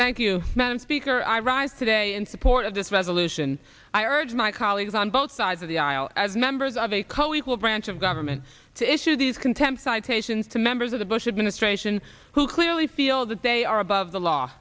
thank you madam speaker i rise today in support of this resolution i urge my colleagues on both sides of the aisle as members of a co equal branch of government to issue these contempt citations to members of the bush administration who clearly feel that they are above the law